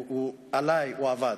עלי הוא עבד.